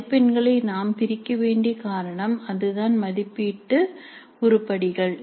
மதிப்பெண்களை நாம் பிரிக்க வேண்டிய காரணம் அதுதான் மதிப்பீட்டு உருப்படிகள்